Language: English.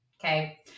Okay